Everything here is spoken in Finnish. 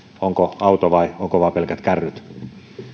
eli onko auto vai onko vain pelkät kärryt